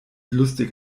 lustig